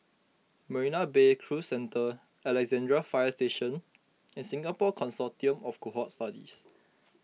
Marina Bay Cruise Centre Alexandra Fire Station and Singapore Consortium of Cohort Studies